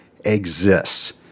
exists